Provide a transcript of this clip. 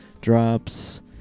drops